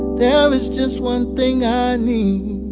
there is just one thing i need.